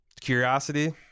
Curiosity